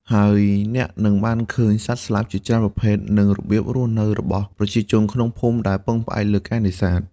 ហើយអ្នកនឹងបានឃើញសត្វស្លាបជាច្រើនប្រភេទ និងរបៀបរស់នៅរបស់ប្រជាជនក្នុងភូមិដែលពឹងផ្អែកលើការនេសាទ។